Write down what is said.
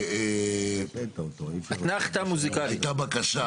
הייתה בקשה